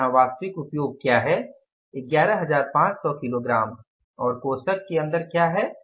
तो यहां वास्तविक उपयोग क्या है 11500 किलोग्राम और कोष्ठक के अंदर क्या है